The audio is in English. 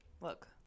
Look